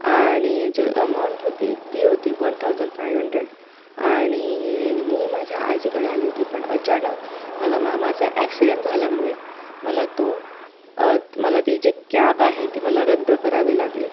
आणि जी अमाऊंट होती ती होती वन थाउजंड फाईव्ह हंड्रेड आणि मी माझ्या आजीकडे आली होती पण अचानक माझ्या मामाचा ॲक्सिडेंट झाल्यामुळे मला तो मला ती जी कॅब आहे ती मला रद्द करावी लागली